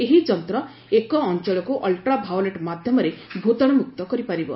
ଏହି ଯନ୍ତ୍ର ଏକ ଅଞ୍ଚଳକୁ ଅଲ୍ଟ୍ରାଭାଓଲେଟ୍ ମାଧ୍ୟମରେ ଭୂତାଣୁମୁକ୍ତ କରିପାରିବ